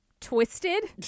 twisted